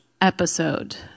episode